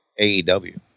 AEW